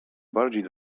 bardziej